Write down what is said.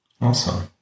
Awesome